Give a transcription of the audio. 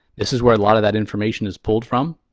this is where a lot of that information is pulled from,